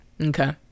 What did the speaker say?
Okay